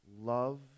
love